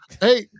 Hey